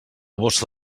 bossa